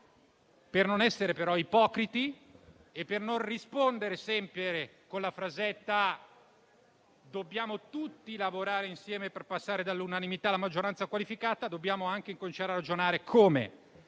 per non essere ipocriti e per non rispondere sempre con la frasetta per cui dobbiamo tutti lavorare insieme per passare dall'unanimità alla maggioranza qualificata, dobbiamo anche cominciare a ragionare sul